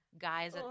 guys